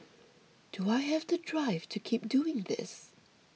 do I have the drive to keep doing this